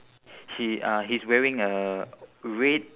he uh he's wearing a red